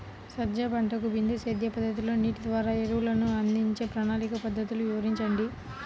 సజ్జ పంటకు బిందు సేద్య పద్ధతిలో నీటి ద్వారా ఎరువులను అందించే ప్రణాళిక పద్ధతులు వివరించండి?